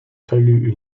fallu